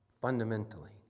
fundamentally